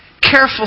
careful